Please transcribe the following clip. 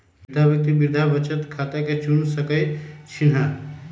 वृद्धा व्यक्ति वृद्धा बचत खता के चुन सकइ छिन्ह